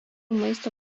maisto